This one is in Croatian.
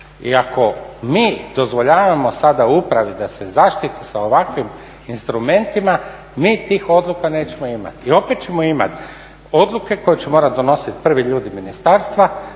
I ako mi dozvoljavamo sada upravi da se zaštiti sa ovakvim instrumentima mi tih odluka nećemo imati. I opet ćemo imati odluke koje će morati donositi prvi ljudi ministarstva,